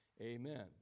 amen